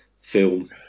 film